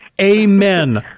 amen